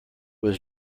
was